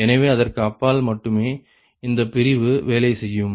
எனவே அதற்கு அப்பால் மட்டுமே இந்த பிரிவு வேலை செய்யும்